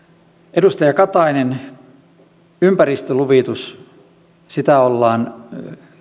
edustaja katainen ympäristöluvitus sitä ollaan